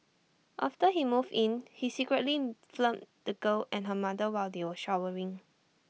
after he moved in he secretly filmed the girl and her mother while they were showering